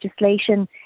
legislation